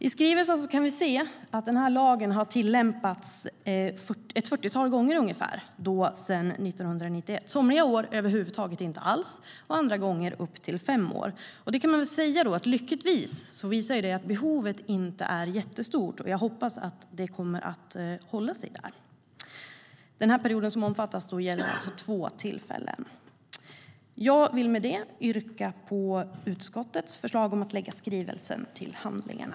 Av skrivelsen framgår att lagen har tillämpats ett fyrtiotal gånger sedan 1991 - somliga år över huvud taget inte alls, andra gånger upp till fem gånger per år. Lyckligtvis visar detta att behovet inte är stort, och jag hoppas att det kommer att hålla sig där. För den period som omfattas i dag är det fråga om två tillfällen. Jag vill med detta yrka bifall till utskottets förslag att lägga skrivelsen till handlingarna.